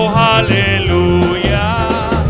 hallelujah